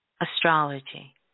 Astrology